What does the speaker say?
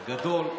בגדול,